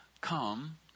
Come